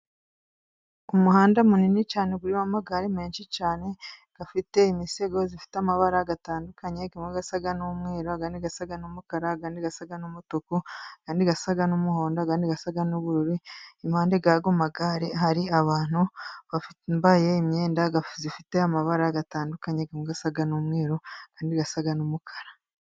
Umuhanda munini cyane urimo amagare menshi cyane afite imisego ifite amabara atandukanye, harimo asa n'umweru, andi asa n'umukara, andi asa n'umutuku, andi asa n'umuhondo, andi asa n'ubururu, impande zayo magare hari abantu bambaye imyenda ifite amabara atandukanye, asa n'umweru, andi asa n'umukara.